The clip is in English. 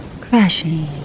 crashing